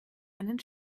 einen